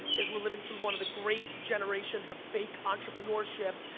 is we're living through one of the great generations of fake entrepreneurship,